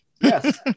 Yes